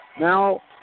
Now